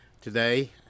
today